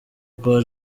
urwa